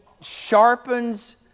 sharpens